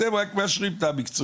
אתם רק מאשרים את המקצועיות.